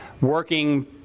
working